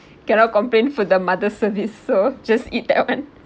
cannot complain for the mother-service so just eat that one